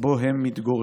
שבו הם מתגוררים.